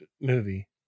movie